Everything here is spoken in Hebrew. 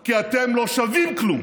כי אתם לא שווים כלום.